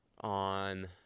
on